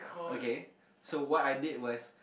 okay so what I did was